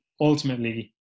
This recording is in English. ultimately